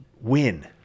win